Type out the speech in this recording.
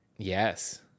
Yes